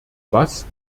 was